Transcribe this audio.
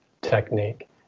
technique